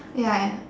ya